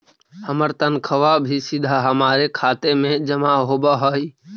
हमार तनख्वा भी सीधा हमारे खाते में जमा होवअ हई